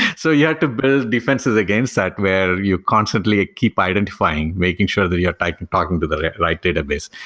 and so yeah to build defenses against that, where you constantly ah keep identifying, making sure that you are tightly talking to the right database.